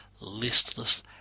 listless